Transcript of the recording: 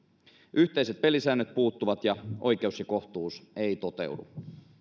yhteiset pelisäännöt puuttuvat ja oikeus ja kohtuus ei toteudu